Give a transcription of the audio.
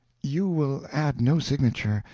you will add no signature.